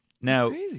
Now